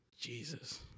Jesus